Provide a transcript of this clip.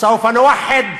(אומר דברים